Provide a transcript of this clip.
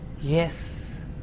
Yes